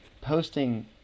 posting